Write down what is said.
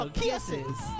kisses